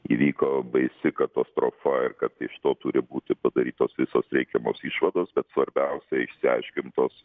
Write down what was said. įvyko baisi katastrofa ir kad iš to turi būti padarytos visos reikiamos išvados bet svarbiausia išsiaiškintos